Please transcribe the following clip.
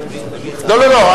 לא לא לא,